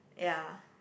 ya